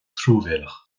truamhéalach